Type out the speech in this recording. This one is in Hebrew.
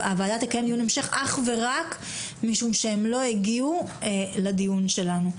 הוועדה דיון המשך אך ורק משום שהם לא הגיעו לדיון שלנו.